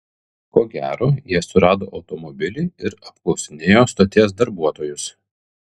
ko gero jie surado automobilį ir apklausinėjo stoties darbuotojus